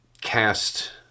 cast